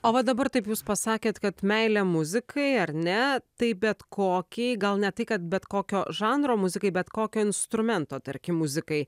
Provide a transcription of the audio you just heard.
o va dabar taip jūs pasakėt kad meilė muzikai ar ne tai bet kokiai gal ne tai kad bet kokio žanro muzikai bet kokio instrumento tarkim muzikai